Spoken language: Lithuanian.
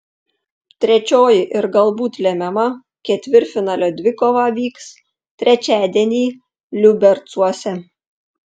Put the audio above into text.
trečioji ir galbūt lemiama ketvirtfinalio dvikova vyks trečiadienį liubercuose